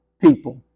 people